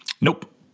Nope